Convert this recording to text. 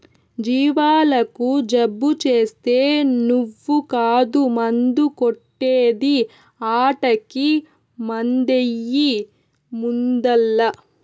జీవాలకు జబ్బు చేస్తే నువ్వు కాదు మందు కొట్టే ది ఆటకి మందెయ్యి ముందల్ల